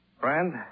Friend